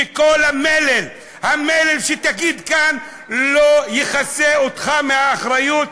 וכל המלל שתגיד כאן לא יפטור אותך מהאחריות,